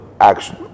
action